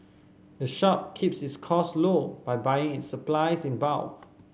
the shop keeps its costs low by buying its supplies in bulk